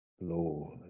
lord